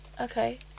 Okay